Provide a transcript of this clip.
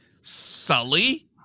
Sully